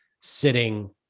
sitting